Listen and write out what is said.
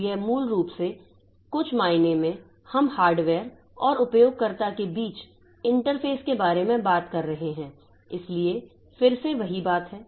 तो यह मूल रूप से कुछ मायने में हम हार्डवेयर और उपयोगकर्ता के बीच इंटरफेस के बारे में बात कर रहे हैं इसलिए फिर से वही बात है